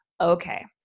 okay